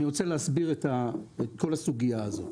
להסביר את הסוגיה הזאת.